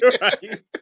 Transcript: Right